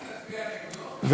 אז אתה תצביע נגדו?